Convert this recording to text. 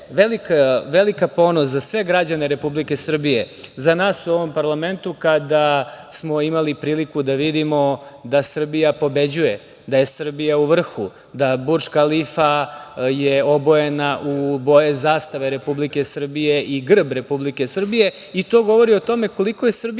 velika ponos za sve građane Republike Srbije, za nas u ovom parlamentu, kada smo imali priliku da vidimo da Srbija pobeđuje, da je Srbija u vrhu, da je Burdž Kalifa obojena u boje zastave Republike Srbije i grb Republike Srbije i to govori o tome koliko je Srbija